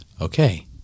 okay